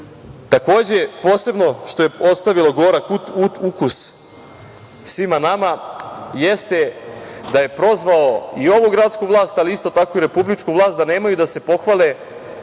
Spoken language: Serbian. posebno što je ostavilo gorak ukus svima nama jeste da je prozvao i ovu gradsku vlast, ali isto tako i republičku vlast da nemaju da se pohvale